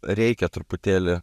reikia truputėlį